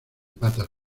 patas